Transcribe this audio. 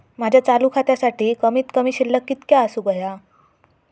माझ्या चालू खात्यासाठी कमित कमी शिल्लक कितक्या असूक होया?